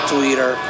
Twitter